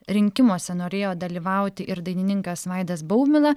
rinkimuose norėjo dalyvauti ir dainininkas vaidas baumila